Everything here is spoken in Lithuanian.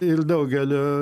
ir daugelio